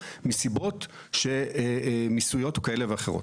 מסיבות שהן קשורות למס או כאלה ואחרות.